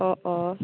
অঁ অঁ